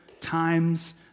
times